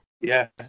Yes